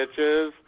bitches